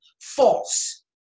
false